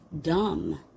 dumb